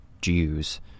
Jews